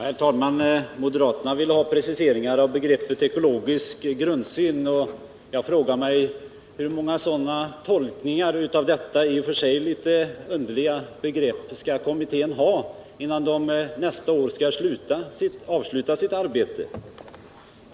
Herr talman! Moderaterna vill ha preciseringar av begreppet ekologisk grundsyn. Jag frågar mig hur många tolkningar av detta litet underliga begrepp som kommittén skall ha, innan den nästa år skall avsluta sitt arbete.